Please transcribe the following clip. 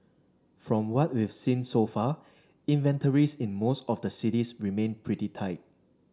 from what we've seen so far inventories in most of the cities remain pretty tight